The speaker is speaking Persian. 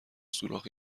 سوراخ